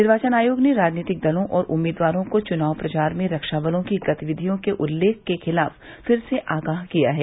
निर्वाचन आयोग ने राजनीतिक दलों और उम्मीदवारों को चुनाव प्रचार में रक्षा बलों की गतिविधियों के उल्लेख के खिलाफ फिर से आगाह किया है